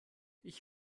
ich